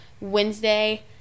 Wednesday